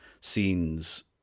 scenes